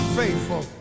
faithful